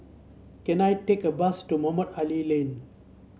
can I take a bus to Mohamed Ali Lane